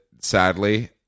sadly